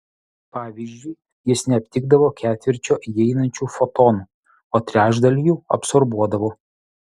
pavyzdžiui jis neaptikdavo ketvirčio įeinančių fotonų o trečdalį jų absorbuodavo